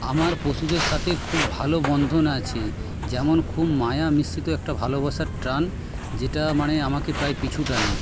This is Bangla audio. আমার পশুদের সাথে খুব ভালো বন্ধন আছে যেমন খুব মায়া মিশ্রিত একটা ভালোবাসার টান যেটা মানে আমাকে প্রায় পিছু টানে